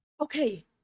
Okay